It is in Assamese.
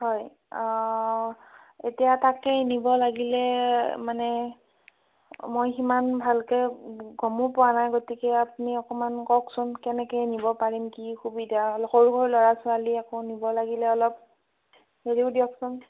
হয় এতিয়া তাকেই নিব লাগিলে মানে মই সিমান ভালকৈ গমো পোৱা নাই গতিকে আপুনি অকণমান কওকচোন কেনেকৈ নিব পাৰিম কি সুবিধা সৰু সৰু ল'ৰা ছোৱালী আকৌ নিব লাগিলে অলপ যদিও দিয়কচোন